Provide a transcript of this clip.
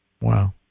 Wow